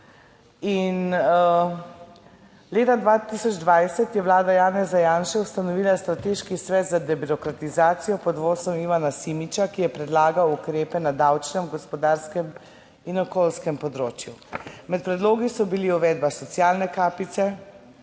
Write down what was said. in leta 2020 je Vlada Janeza Janše ustanovila strateški svet za debirokratizacijo pod vodstvom Ivana Simiča, ki je predlagal ukrepe na davčnem, gospodarskem in okoljskem področju. Med predlogi so bili uvedba socialne kapice,